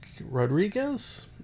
Rodriguez